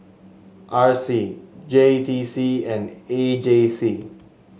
R C J T C and A J C